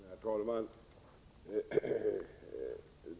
Herr talman!